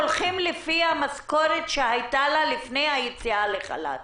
הולכים לפי המשכורת שהייתה לה לפני היציאה לחל"ת.